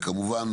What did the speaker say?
וכמובן,